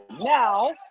Now